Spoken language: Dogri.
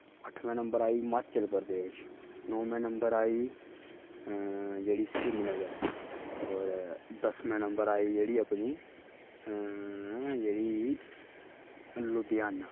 अठमें नंबर आई हिमाचल प्रदेश नौमें नंबर आई जेह्ड़ी श्रीनगर और दसमें नंबर आई जेह्ड़ी अपनी जेह्ड़ी लुधियाना